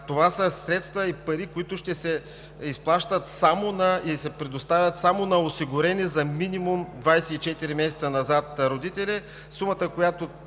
това са средства и пари, които ще се изплащат и се предоставят само на осигурени за минимум 24 месеца назад родители. Сумата, която